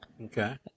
Okay